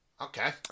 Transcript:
Okay